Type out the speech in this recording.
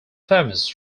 famous